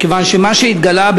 מכיוון שמה שהתגלה,